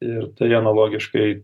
ir tai analogiškai